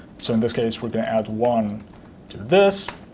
so in this case, we're going to add one to this.